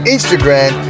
Instagram